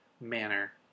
manner